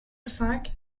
cinq